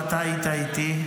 אתה היית איתי,